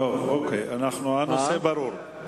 ועדת הפנים.